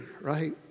right